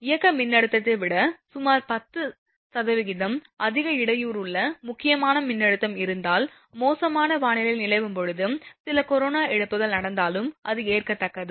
இயக்க மின்னழுத்தத்தை விட சுமார் 10 அதிக இடையூறுள்ள முக்கியமான மின்னழுத்தம் இருந்தால் மோசமான வானிலை நிலவும் போது சில கரோனா இழப்புகள் நடந்தாலும் அது ஏற்கத்தக்கது